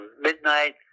midnight